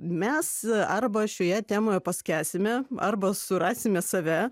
mes arba šioje temoje paskęsime arba surasime save